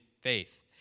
faith